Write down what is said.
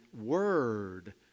word